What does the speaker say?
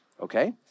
okay